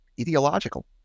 ideological